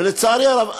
ולצערי הרב,